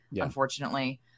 unfortunately